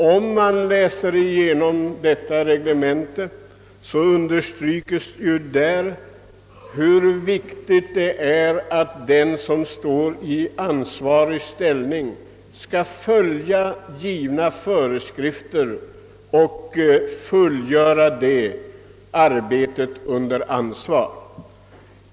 Om man läser igenom detta reglemente understrykes där hur viktigt det är att den som står i ansvarig ställning skall följa givna föreskrifter och fullgöra arbetet under ansvar.